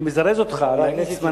אני מזרז אותך להאיץ באנשים,